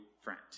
friend